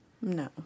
No